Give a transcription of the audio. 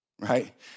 right